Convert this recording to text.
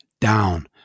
down